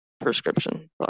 prescription